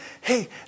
Hey